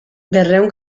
berrehun